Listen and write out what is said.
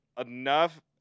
enough